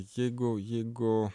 jeigu jeigu